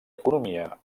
economia